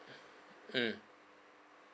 mm